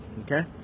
okay